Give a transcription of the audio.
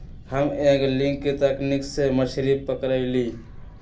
हम एंगलिंग तकनिक से मछरी पकरईली